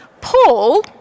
Paul